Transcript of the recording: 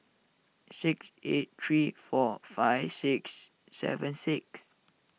six eight three four five six seven six